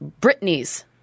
Britney's